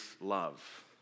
love